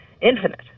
infinite